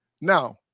Now